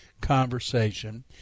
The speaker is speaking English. conversation